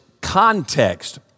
context